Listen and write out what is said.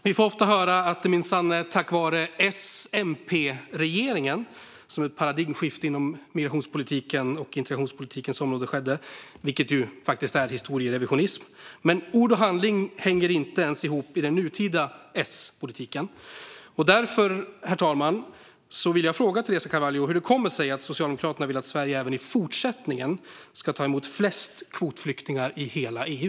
Vi får ofta hör att det minsann var tack vare S-MP-regeringen som det skedde ett paradigmskifte på migrationspolitikens och integrationspolitikens område - vilket faktiskt är historierevisionism. Ord och handling hänger inte heller ihop i nuvarande S-politik, så därför frågar jag Teresa Carvalho: Hur kommer det sig att Socialdemokraterna vill att Sverige även i fortsättningen ska ta emot flest kvotflyktingar i hela EU?